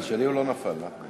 על שלי הוא לא נפל, נחמן.